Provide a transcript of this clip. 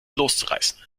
loszureißen